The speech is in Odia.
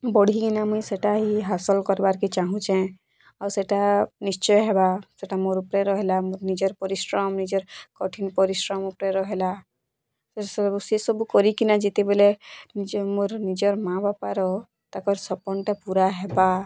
ବଢ଼ିକିନା ମୁଇଁ ସେଟା ହି ହାସଲ୍ କରିବାକୁ ଚାହୁଁଛେ ଆଉ ସେଟା ନିଶ୍ଚେ ହବା ସେଟା ମୋର୍ ଉପରେ ରହେଲା ନିଜର୍ ପରିଶ୍ରମ୍ କଠିନ୍ ପରଶ୍ରମ୍ ଉପରେ ରହିଲା ସେ ସବୁକୁ କରିକିନା ଯେତେବେଲେ ନିଜେ ମୋର୍ ମାଆ ବାପାର ତାଙ୍କର ସପନ୍ଟା ପୂରା ହେବା